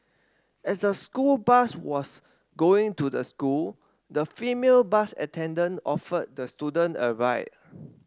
as the school bus was going to the school the female bus attendant offered the student a ride